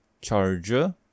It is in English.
charger